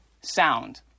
sound